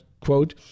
quote